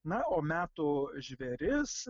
na o metų žvėris